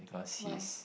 why